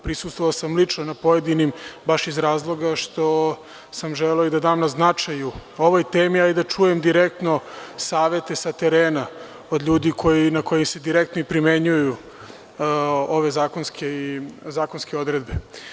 Prisustvovao sam lično na pojedinim, baš iz razloga što sam želeo i da dam na značaju ovoj temi, a i da čujem direktno savete sa terena od ljudi na koje se direktno primenjuju ove zakonske odredbe.